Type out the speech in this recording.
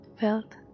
felt